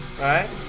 right